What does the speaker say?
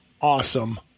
awesome